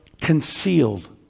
concealed